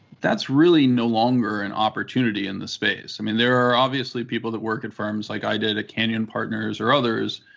that's really no longer an opportunity in the space. i mean, there are obviously people that work at firms, like i did at canyon partners or others,